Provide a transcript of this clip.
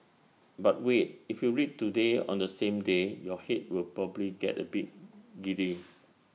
but wait if you read today on the same day your Head will probably get A bit giddy